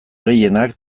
gehienak